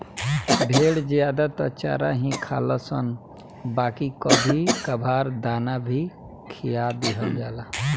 भेड़ ज्यादे त चारा ही खालनशन बाकी कभी कभार दाना भी खिया दिहल जाला